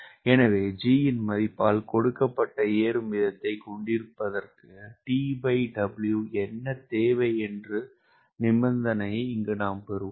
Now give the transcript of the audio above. எனவே G இன் மதிப்பால் கொடுக்கப்பட்ட ஏறும் வீதத்தைக் கொண்டிருப்பதற்கு TW என்ன தேவை என்ற நிபந்தனையைப் பெறுவோம்